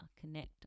connect